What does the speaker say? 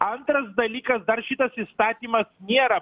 antras dalykas dar šitas įstatymas nėra